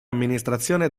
amministrazione